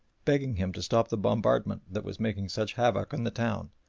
begging him to stop the bombardment that was making such havoc in the town,